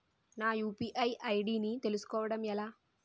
నా UPI ID ని తెలుసుకోవడం ఎలా?